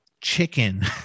chicken